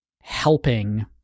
helping